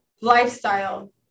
lifestyle